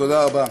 תודה רבה.